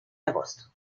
agosto